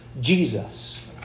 Jesus